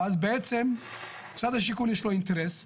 ואז בעצם משרד השיכון יש לו אינטרס,